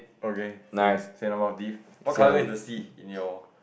okay same same of our beef what colour is the seat in your